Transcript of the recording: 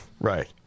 Right